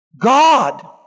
God